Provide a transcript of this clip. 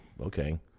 okay